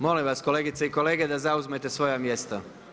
Molim vas kolegice i kolege da zauzmete svoje mjesta.